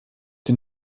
den